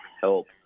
help